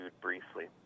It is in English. briefly